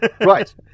Right